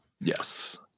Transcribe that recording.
Yes